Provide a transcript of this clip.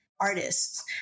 artists